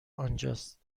آنجاست